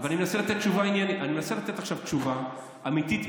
אני מנסה לתת עכשיו תשובה אמיתית,